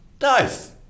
Nice